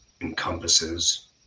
encompasses